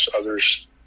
others